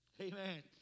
Amen